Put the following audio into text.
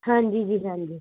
ਹਾਂਜੀ ਜੀ ਹਾਂਜੀ